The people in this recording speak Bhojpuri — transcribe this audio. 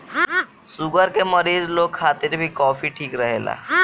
शुगर के मरीज लोग खातिर भी कॉफ़ी ठीक रहेला